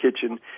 kitchen